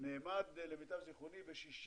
נאמד ב-60